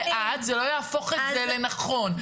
זה לא יהפוך את זה לנכון.